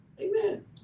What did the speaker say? Amen